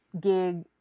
gig